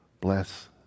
bless